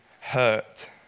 hurt